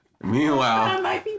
Meanwhile